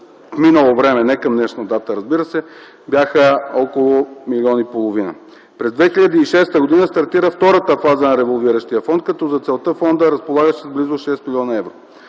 минало време, не към днешна дата, разбира се, бяха около милион и половина. През 2006 г. стартира втората фаза на револвиращия фонд, като за целта фондът разполагаше с близо 6 млн. евро.